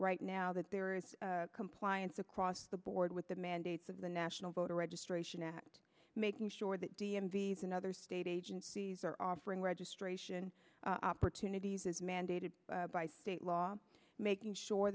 right now that there is compliance across the board with the mandates of the national voter registration act making sure that d m v than other state agencies are offering registration opportunities it's mandated by state law making sure